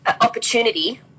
opportunity